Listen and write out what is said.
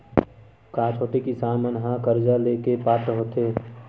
का छोटे किसान मन हा कर्जा ले के पात्र होथे?